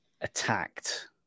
attacked